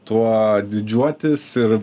tuo didžiuotis ir